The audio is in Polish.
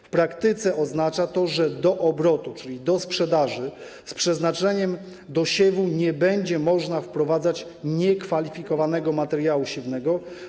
W praktyce oznacza to, że do obrotu, czyli do sprzedaży z przeznaczeniem do siewu, nie będzie można wprowadzać niekwalifikowanego materiału siewnego.